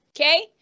Okay